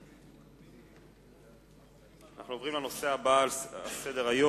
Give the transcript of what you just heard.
אנחנו עוברים לנושא הבא בסדר-היום,